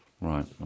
Right